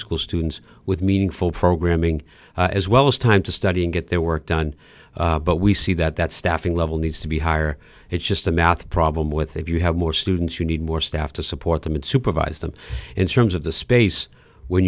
school students with meaningful programming as well as time to study and get their work done but we see that that staffing level needs to be higher it's just a math problem with if you have more students you need more staff to support them and supervise them in terms of the space when